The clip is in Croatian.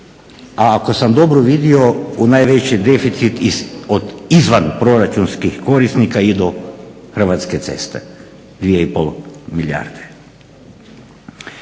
a ako sam dobro vidio u najveći deficit izvan proračunskih korisnika idu Hrvatske ceste 2,5 milijarde.